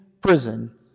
prison